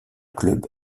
club